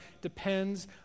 depends